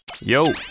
Yo